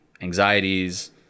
anxieties